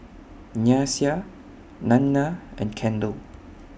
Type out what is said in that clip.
Nyasia Nanna and Kendell